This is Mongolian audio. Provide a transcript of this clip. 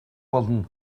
болно